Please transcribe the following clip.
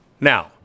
Now